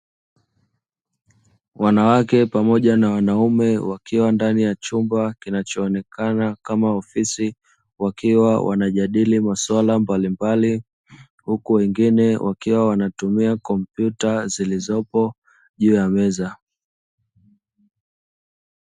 Wanawake pamoja na wanaume, wakiwa ndani ya chumba kinachoonekana kama ofisi, wakiwa wanajadili maswala mbalimbali, huku wengine wakiwa wanatumia kompyuta zilizopo juu ya meza.